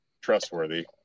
trustworthy